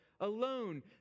alone